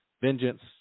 Vengeance